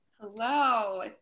Hello